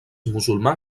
musulmà